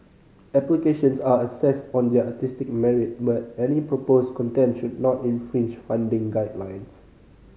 applications are assessed on their artistic merit merit proposed content should not infringe funding guidelines